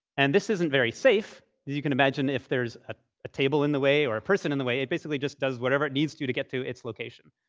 and this isn't very safe, as you can imagine, if there's ah a table in the way or a person in the way. it basically just does whatever it needs to to get to its location.